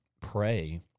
pray